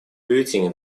бюллетени